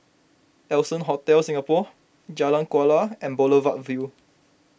Allson Hotel Singapore Jalan Kuala and Boulevard Vue